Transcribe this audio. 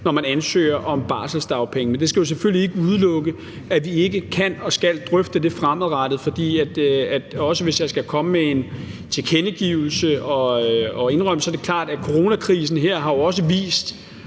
når man ansøger om barselsdagpenge, men det skal jo selvfølgelig ikke udelukke, at vi kan og skal drøfte det fremadrettet. Hvis jeg skal komme med en tilkendegivelse og indrømmelse, så er det klart, at coronakrisen her jo også har